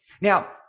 Now